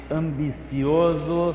ambicioso